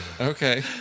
Okay